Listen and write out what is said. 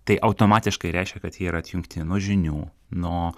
tai automatiškai reiškia kad jie yra atjungti nuo žinių nuo